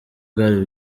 bwari